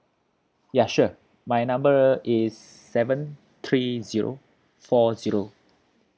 ya sure my number is seven three zero four zero